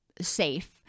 safe